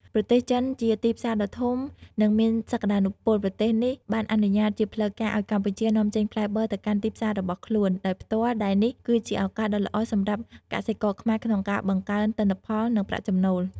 ប្រទេសចិន ជាទីផ្សារដ៏ធំនិងមានសក្ដានុពល ប្រទេសនេះបានអនុញ្ញាតជាផ្លូវការឲ្យកម្ពុជានាំចេញផ្លែបឺរទៅកាន់ទីផ្សាររបស់ខ្លួន ដោយផ្ទាល់ ដែលនេះគឺជាឱកាសដ៏ល្អសម្រាប់កសិករខ្មែរក្នុងការបង្កើនទិន្នផល និងប្រាក់ចំណូល។